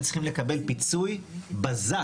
הם צריכים לקבל פיצוי בזק,